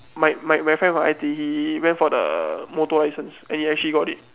my my my friend from I_T_E he went for the motor license and he actually got it